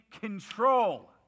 control